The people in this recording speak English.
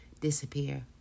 disappear